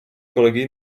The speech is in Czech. kolegy